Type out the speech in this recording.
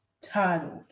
titled